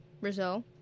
Brazil